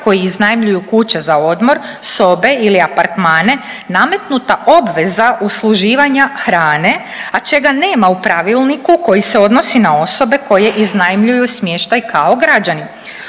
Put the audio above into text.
koji iznajmljuju kuće za odmor, sobe ili apartmane nametnuta obveza usluživanja hrane, a čega nema u pravilniku koji se odnosi na osobe koje iznajmljuju smještaj kao građani.